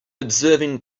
observing